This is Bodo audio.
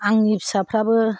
आंनि फिसाफ्राबो